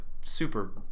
super